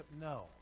No